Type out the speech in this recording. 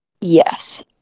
Yes